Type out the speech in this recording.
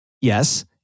Yes